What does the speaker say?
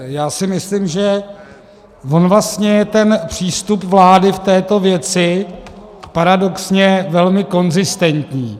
Já si myslím, že on vlastně je ten přístup vlády v této věci paradoxně velmi konzistentní.